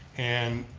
and